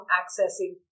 accessing